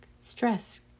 stress